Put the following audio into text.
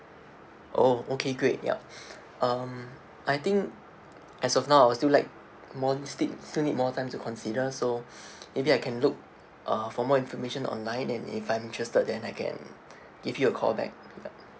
oh okay great yup um I think as of now I would still like more still still need more time to consider so maybe I can look uh for more information online and if I'm interested then I can give you a call back yup